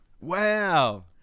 Wow